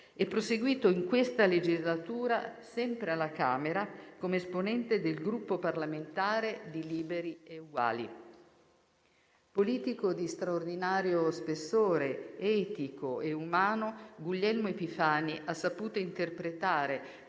e proseguito in questa legislatura, sempre alla Camera, come esponente del Gruppo parlamentare di Liberi e Uguali. Politico di straordinario spessore etico e umano, Guglielmo Epifani ha saputo interpretare,